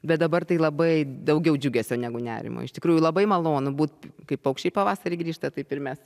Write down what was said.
bet dabar tai labai daugiau džiugesio negu nerimo iš tikrųjų labai malonu būt kaip paukščiai pavasarį grįžta taip ir mes